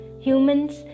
humans